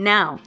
Now